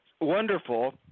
wonderful